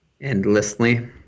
Endlessly